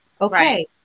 okay